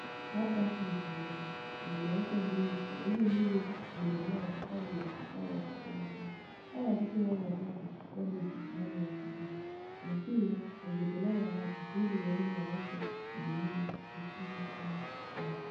Hapa ni shambani. Kumeekwa ndizi na hizi ndizi zimemea na hadi zimezaa watoto watatu. Hawa watoto wao watatu bado haijaiva. Na pia zinatolewa hapa ziende ziekwe ziive.